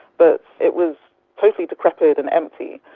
but it was totally decrepit and empty,